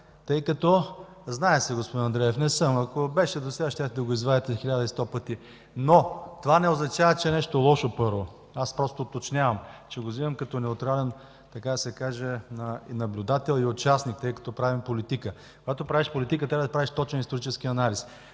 СИДЕРОВ: Знае се, господин Андреев. Не съм. Ако беше, досега щяхте да го извадите хиляда и сто пъти. Но това не означава, че е нещо лошо – първо. Аз просто уточнявам, че го вземам като неутрален, така да се каже и наблюдател, и участник, тъй като правим политика. Когато правиш политика, трябва да правиш точен исторически анализ.